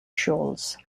shoals